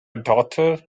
daughter